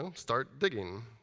um start digging.